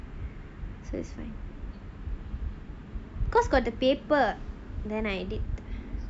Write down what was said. so it's fine because got the paper then I did